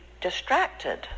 distracted